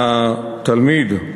לתלמיד,